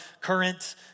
current